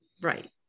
right